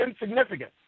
insignificant